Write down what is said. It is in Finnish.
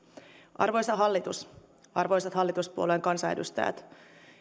arvoisa hallitus arvoisat hallituspuolueiden kansanedustajat